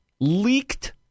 leaked